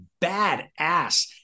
badass